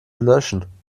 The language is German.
löschen